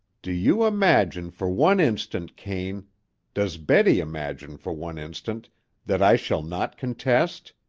do you imagine for one instant, kane does betty imagine for one instant that i shall not contest?